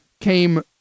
came